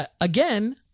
Again